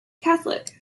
catholic